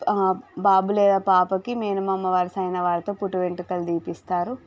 బాబు లేదా పాపకి మేనమామ వరస అయిన వారితో పుట్టిన వెంట్రుకలు తీపిస్తారు